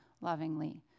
lovingly